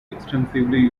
extensively